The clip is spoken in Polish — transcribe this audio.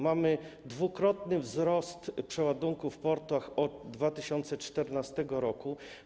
Mamy dwukrotny wzrost przeładunków w portach od 2014 r.